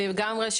לגמרי,